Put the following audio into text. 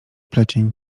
plecień